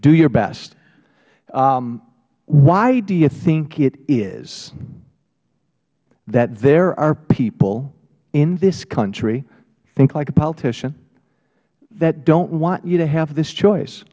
do your best why do you think it is that there are people in this country think like a politician that don't want you to have this choice